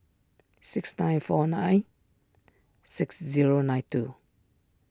six nine four nine six zero nine two